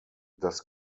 das